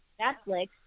Netflix